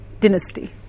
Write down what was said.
dynasty